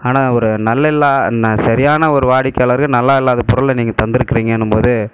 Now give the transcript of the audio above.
ஆனால் ஒரு நல்லாயில்லாத நான் சரியான ஒரு வாடிக்கையாளரு நல்லா இல்லாத பொருளை நீங்கள் தந்திருக்கிறீங்கனும்போது